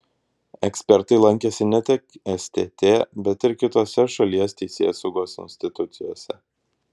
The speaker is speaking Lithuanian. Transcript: ekspertai lankėsi ne tik stt bet ir kitose šalies teisėsaugos institucijose